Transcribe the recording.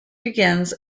begins